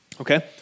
Okay